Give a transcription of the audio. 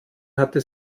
hatte